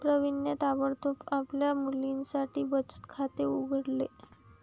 प्रवीणने ताबडतोब आपल्या मुलीसाठी बचत खाते उघडले